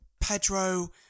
Pedro